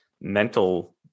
mental